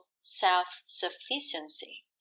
self-sufficiency